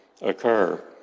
occur